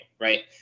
right